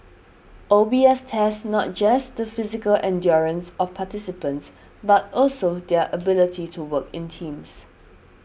O B S tests not just the physical endurance of participants but also their ability to work in teams